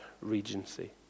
regency